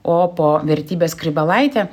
o po vertybės skrybelaite